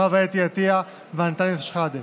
חוה אתי עטייה ואנטאנס שחאדה.